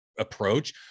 approach